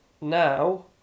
now